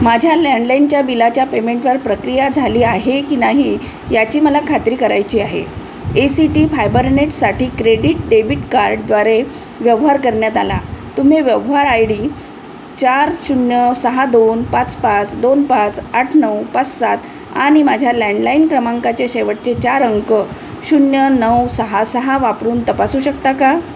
माझ्या लँडलाईनच्या बिलाच्या पेमेंटवर प्रक्रिया झाली आहे की नाही याची मला खात्री करायची आहे ए सी टी फायबरनेटसाठी क्रेडीट डेबिट कार्डद्वारे व्यवहार करण्यात आला तुम्ही व्यवहार आय डी चार शून्य सहा दोन पाच पाच दोन पाच आठ नऊ पाच सात आणि माझ्या लँडलाईन क्रमांकाचे शेवटचे चार अंक शून्य नऊ सहा सहा वापरून तपासू शकता का